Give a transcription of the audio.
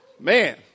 Man